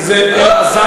לא.